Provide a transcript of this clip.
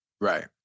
Right